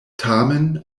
tamen